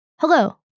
hello